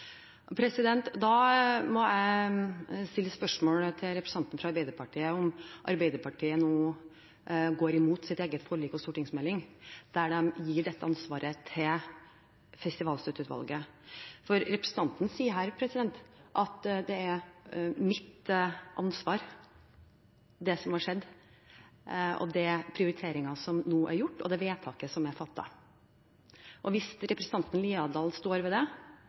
Da må jeg stille spørsmål til representanten fra Arbeiderpartiet om Arbeiderpartiet nå går imot sitt eget forlik og sin egen stortingsmelding, der de gir dette ansvaret til Festivalstøtteutvalget. For representanten sier her at det er mitt ansvar, det som har skjedd, de prioriteringene som nå er gjort, og det vedtaket som er fattet. Hvis representanten Haukeland Liadal står ved det,